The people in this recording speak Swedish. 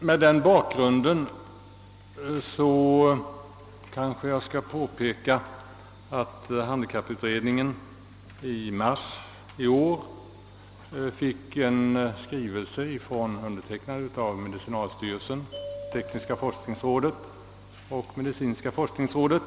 Mot denna bakgrund vill jag påpeka att handikapputredningen i mars detta år mottog en skrivelse undertecknad av medicinalstyrelsen, tekniska forskningsrådet och medicinska forskningsrådet.